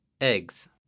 eggs